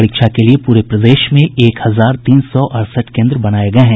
परीक्षा के लिये पूरे प्रदेश में एक हजार तीन सौ अड़सठ केंद्र बनाये गये हैं